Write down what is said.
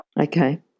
okay